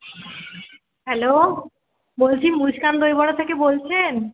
hello বলছি মুস্কান দই বড়া থেকে বলছেন